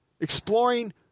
exploring